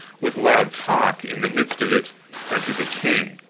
with loud talk in the midst of it enter the king.